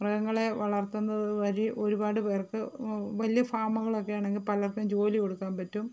മൃഗങ്ങളെ വളർത്തുന്നതു വഴി ഒരുപാട് പേർക്ക് വലിയ ഫാമുകളൊക്കെയാണെങ്കിൽ പലർക്കും ജോലി കൊടുക്കാൻ പറ്റും